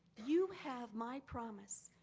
you have my promise,